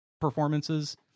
performances